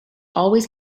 always